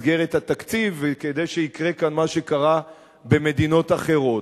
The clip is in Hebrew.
מסגרת התקציב ושיקרה כאן מה שקרה במדינות אחרות.